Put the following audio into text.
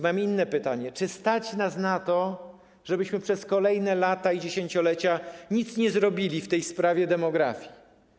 Mam inne pytanie: Czy stać nas na to, żebyśmy przez kolejne lata i dziesięciolecia nic nie zrobili w sprawie demografii?